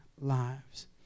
lives